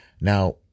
Now